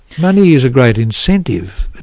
money is a great incentive.